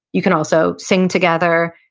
you can also sing together,